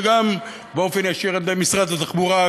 וגם באופן ישיר על-ידי משרד התחבורה,